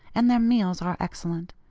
and their meals are excellent.